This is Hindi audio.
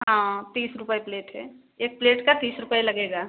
हाँ तीस रुपये प्लेट है एक प्लेट का तीस रुपये लगेगा